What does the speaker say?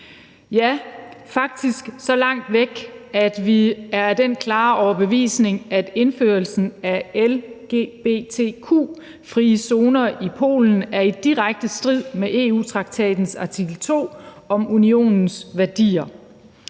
ja, faktisk så langt væk, at vi er af den klare overbevisning, at indførelsen af lgbtq-frie zoner i Polen er i direkte strid med EU-traktatens artikel 2 om unionens værdier.